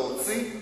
להוציא,